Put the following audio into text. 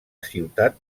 ciutat